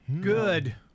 Good